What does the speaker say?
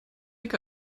mit